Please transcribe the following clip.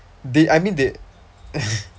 they I mean they